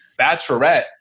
bachelorette